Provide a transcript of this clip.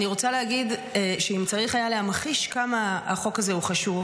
אני רוצה להגיד שאם צריך היה להמחיש כמה החוק הזה הוא חשוב,